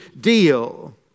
deal